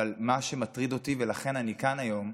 אבל מה שמטריד אותי, ולכן אני כאן היום,